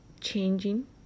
changing